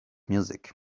music